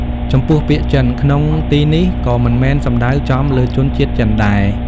ចំពោះ ពាក្យ "ចិន" ក្នុងទីនេះក៏មិនមែនសំដៅចំលើជនជាតិចិនដែរ។